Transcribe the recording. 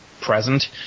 present